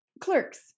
Clerks